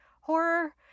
horror